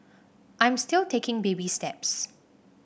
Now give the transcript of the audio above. I'm still taking baby steps